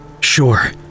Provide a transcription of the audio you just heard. Sure